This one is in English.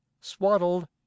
swaddled